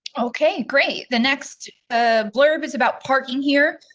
okay, great. the next blurb is about parking here.